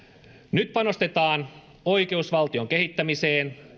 nyt panostetaan oikeusvaltion kehittämiseen